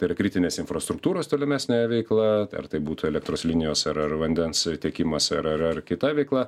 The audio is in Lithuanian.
tai yra kritinės infrastruktūros tolimesnė veikla ar tai būtų elektros linijos ar ar vandens tiekimas ar ar ar kita veikla